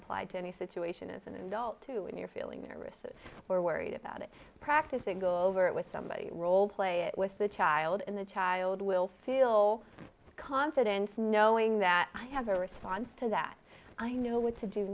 apply to any situation as an adult to when you're feeling nervous or worried about it practicing go over it with somebody roleplay it with the child in the child will feel confident knowing that i have a response to that i knew what to do